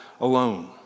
alone